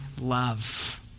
love